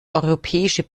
europäischen